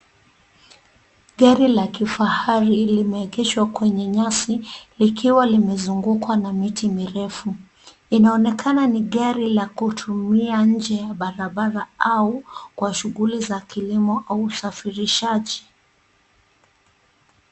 Gari la kifahari limeegeshwa kwenye nyasi likiwa limezungukwa na miti mirefu. Inaonekana ni gari la kutumia nje barabara au kwa shughuli za kilimo au usafirishaji.